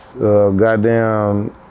goddamn